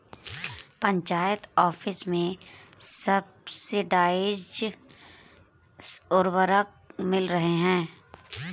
panchayat office में subsidised उर्वरक मिल रहे हैं